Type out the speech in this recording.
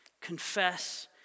Confess